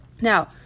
Now